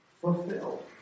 fulfilled